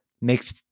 makes